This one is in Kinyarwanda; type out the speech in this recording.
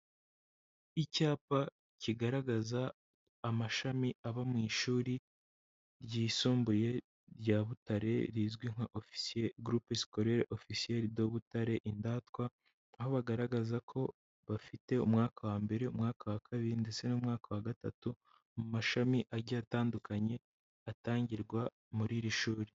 Icyapa kigaragaza amashami aba mu ishuri ryisumbuye rya Butare rizwi nka Groupe Scolaire Officiel de Butare, Indatwa, aho bagaragaza ko bafite umwaka wa mbere, umwaka wa kabiri ndetse n'umwaka wa gatatu, mu mashami agiye atandukanye, atangirwa muri iri shuri.